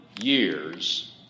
years